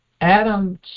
Adam